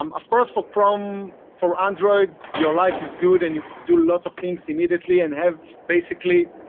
um of course, for chrome for android, your life is good. and you could do lots of things immediately and have basically